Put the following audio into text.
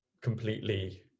completely